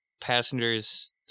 passengers